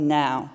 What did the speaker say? now